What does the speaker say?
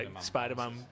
Spider-Man